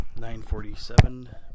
9.47